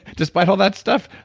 despite all that stuff,